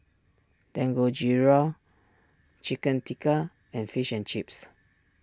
Dangojiru Chicken Tikka and Fish and Chips